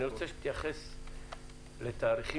אני רוצה שתתייחס לתאריכים,